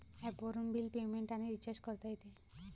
ॲपवरून bill payment आणि recharge करता येते